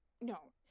No